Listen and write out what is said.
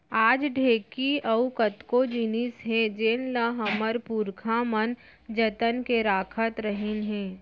आज ढेंकी अउ कतको जिनिस हे जेन ल हमर पुरखा मन जतन के राखत रहिन हे